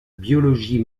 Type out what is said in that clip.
biologie